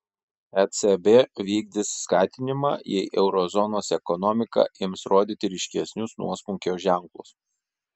ecb vykdys skatinimą jei euro zonos ekonomika ims rodyti ryškesnius nuosmukio ženklus